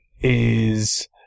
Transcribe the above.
is-